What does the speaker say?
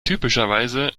typischerweise